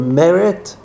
merit